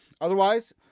Otherwise